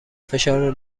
فشار